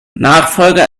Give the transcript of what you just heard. nachfolger